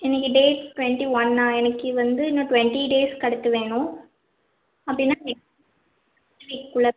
இன்னைக்கு date twenty ஒன்னா எனக்கு வந்து இன்னும் டுவெண்டி டேஸ்க்கு அடுத்து வேணும் அப்படின்னா நெக்ஸ்ட்டு வீக்குக்குள்ள